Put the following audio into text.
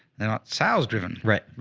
they're not sales driven, right?